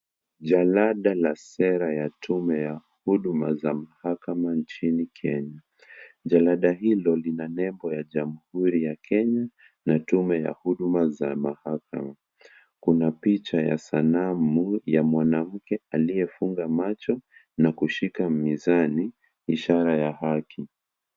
Jalada la sera ya tume ya huduma za mahakama nchini Kenya. Jalada hilo lina nembo ya jamhuri ya Kenya na tume ya huduma za mahakama. Kuna picha ya sanamu ya mwanamke aliyefunga macho na kushika mizani ishara ya haki.